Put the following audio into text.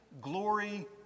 glory